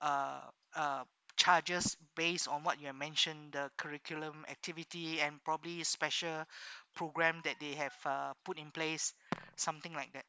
uh uh charges base on what you mention the curriculum activity and probably special program that they have uh put in place something like that